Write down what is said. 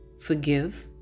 forgive